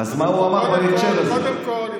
קודם כול,